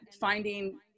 finding